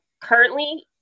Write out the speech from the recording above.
Currently